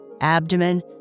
abdomen